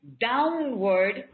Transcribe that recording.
downward